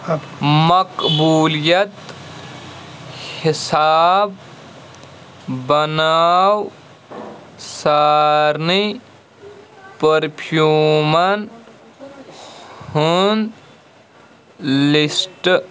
مقبولیت حساب بناو سارنٕے پٔرفیٛوٗمن ہُنٛد لسٹ